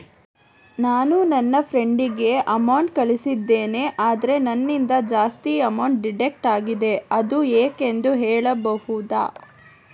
ನಾನು ನನ್ನ ಫ್ರೆಂಡ್ ಗೆ ಅಮೌಂಟ್ ಕಳ್ಸಿದ್ದೇನೆ ಆದ್ರೆ ನನ್ನಿಂದ ಜಾಸ್ತಿ ಅಮೌಂಟ್ ಡಿಡಕ್ಟ್ ಆಗಿದೆ ಅದು ಯಾಕೆಂದು ಹೇಳ್ಬಹುದಾ?